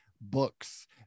books